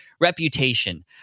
reputation